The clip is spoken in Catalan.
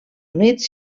units